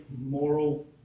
moral